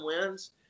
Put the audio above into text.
wins